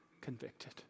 convicted